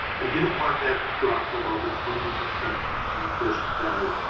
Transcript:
we didn't want that to drop below the twenty percent of the unfished value.